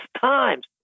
times